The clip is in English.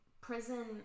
Prison